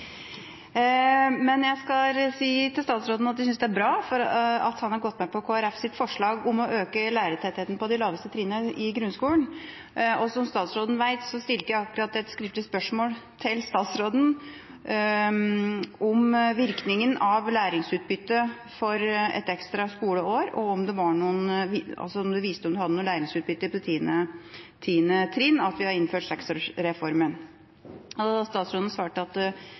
men jeg skal si til statsråden at jeg synes det er bra at han har gått med på Kristelig Folkepartis forslag om å øke lærertettheten på de laveste trinnene i grunnskolen. Som statsråden vet, har jeg akkurat stilt et skriftlig spørsmål til statsråden om virkningen for læringsutbytte av et ekstra skoleår og om det viste om det hadde noe læringsutbytte på 10. trinn at vi hadde innført 6-åringsreformen. Statsråden svarte at